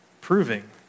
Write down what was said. proving